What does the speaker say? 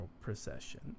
procession